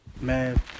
man